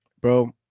bro